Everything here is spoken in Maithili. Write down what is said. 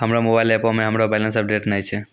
हमरो मोबाइल एपो मे हमरो बैलेंस अपडेट नै छै